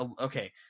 Okay